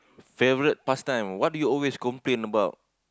favorite pastime what do you always complain about